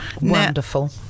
wonderful